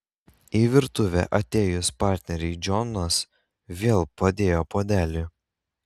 į virtuvę atėjus partnerei džonas vėl padėjo puodelį